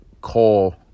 call